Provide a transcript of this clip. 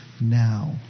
now